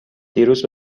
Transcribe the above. دیروز